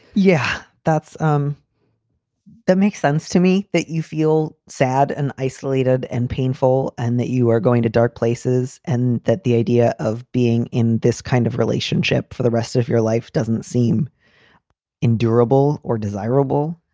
yeah, that's. um that makes sense to me that you feel sad and isolated and painful and that you are going to dark places and that the idea of being in this kind of relationship for the rest of your life doesn't seem endurable or desirable.